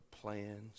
plans